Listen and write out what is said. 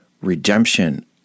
redemption